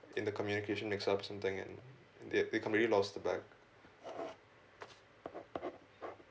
in the communication mix up something and they they completely lost the bag